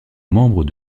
membre